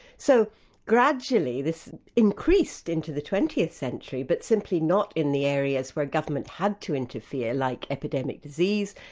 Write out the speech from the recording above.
so gradually this increased into the twentieth century but simply not in the areas where government had to interfere, like epidemic disease,